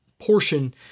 portion